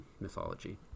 mythology